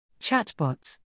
Chatbots